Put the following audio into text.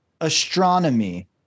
astronomy